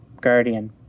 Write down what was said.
guardian